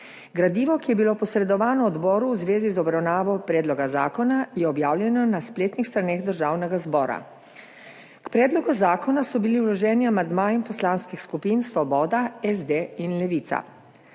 Gradivo, ki je bilo posredovano odboru v zvezi z obravnavo predloga zakona, je objavljeno na spletnih straneh Državnega zbora. K predlogu zakona so bili vloženi amandmaji poslanskih skupin Svoboda, SD in Levica.